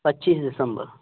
पच्चीस दिसम्बर